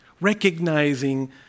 recognizing